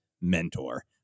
mentor